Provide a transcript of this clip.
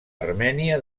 armènia